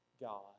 God